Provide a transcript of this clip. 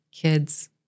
kids